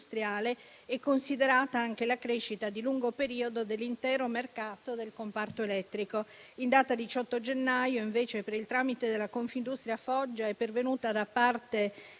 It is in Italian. considerata anche la crescita di lungo periodo dell'intero mercato del comparto elettrico. In data 18 gennaio, invece, per il tramite della Confindustria Foggia, è pervenuta, da parte